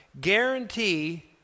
Guarantee